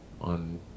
on